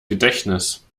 gedächtnis